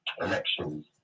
elections